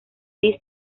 tea